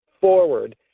forward